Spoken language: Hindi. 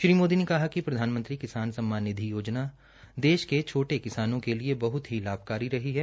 श्री मोदी ने कहा कि प्रधानमंत्री किसान सम्मान निधि योजना देश के छोटे किसानों के लिए बहत ही लाभकारी रही है